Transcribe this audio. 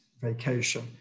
vacation